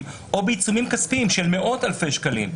או בעיצומים כספיים של מאות-אלפי שקלים.